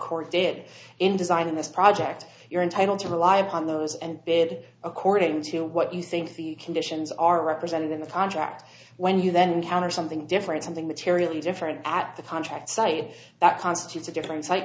court did in designing this project you're entitled to rely upon those and bid according to what you think the conditions are represented in the contract when you then encounter something different something materially different at the contract site that constitutes a different